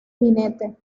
jinete